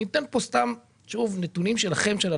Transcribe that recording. אני אתן פה נתונים של הלפ"מ.